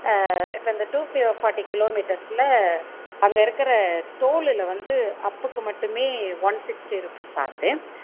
இப்போ இந்த two forty கிலோமீட்டர்ஸ்குள்ளே அங்கே இருக்கிற டோல்லில் வந்து அப்புக்கு மட்டுமே ஒன் சிக்ஸ்டி ருபீஸ் ஆகுது